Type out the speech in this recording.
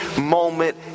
moment